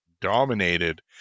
dominated